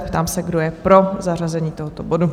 Ptám se, kdo je pro zařazení tohoto bodu?